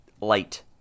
light